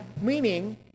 meaning